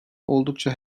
oldukça